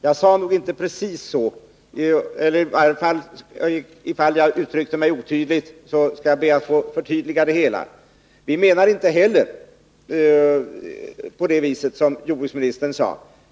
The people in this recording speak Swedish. Jag sade inte precis så, och om jag uttryckte mig otydligt skall jag be att få förtydliga vår inställning. Inte heller vi har den uppfattning som jordbruksministern angav.